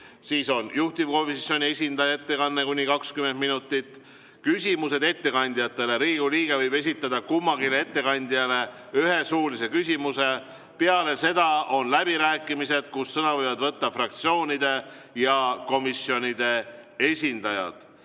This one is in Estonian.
siis on juhtivkomisjoni esindaja ettekanne, kuni 20 minutit. Siis on küsimused ettekandjatele. Riigikogu liige võib esitada kummalegi ettekandjale ühe suulise küsimuse. Peale seda on läbirääkimised, kus sõna võivad võtta fraktsioonide ja komisjonide esindajad.